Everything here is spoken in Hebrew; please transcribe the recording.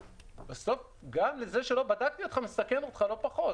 גם זה שלא בדקתי אותך מסכן אותך לא פחות.